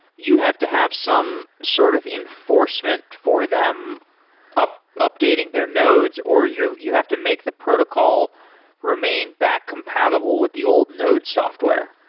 you have to have some sort of enforcement for them updating their nodes or you you have to make the protocol remain back compatible with the old node software.